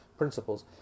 principles